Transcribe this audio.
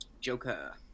Joker